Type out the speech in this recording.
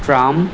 tram